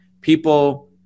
People